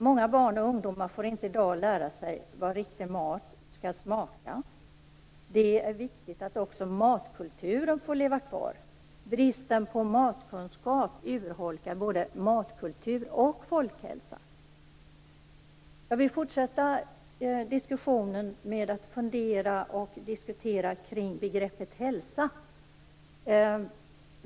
Många barn och ungdomar får inte i dag lära sig hur riktig mat skall smaka. Det är viktigt att också matkulturen får leva kvar. Bristen på matkunskap urholkar både matkultur och folkhälsa. Jag vill fortsätta diskussionen med att fundera och diskutera kring begreppet hälsa.